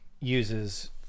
uses